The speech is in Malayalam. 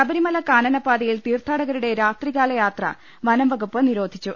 ശബരിമല കാനന പാതയിൽ തീർത്ഥാടകരുടെ രാത്രികാലയാത്ര വനംവകുപ്പ് നിരോധിച്ചു